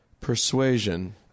persuasion